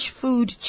Food